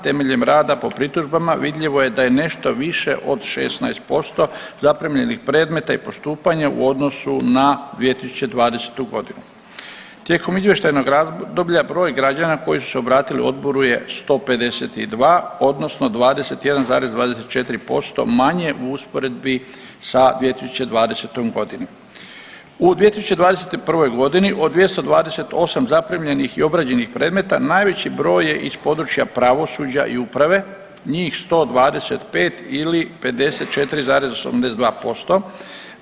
Temeljem rada po pritužbama vidljivo je da je nešto više od 16% zaprimljenih predmeta i postupanja u odnosu na 2020.g. Tijekom izvještajnog razdoblja broj građana koji su se obratili odboru je 152 odnosno 21,24% manje u usporedbi sa 2020.g. U 2021.g. od 228 zaprimljenih i obrađenih predmeta najveći broj je iz područja pravosuđa i uprave njih 125 ili 54,82%